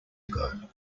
ago